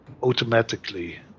automatically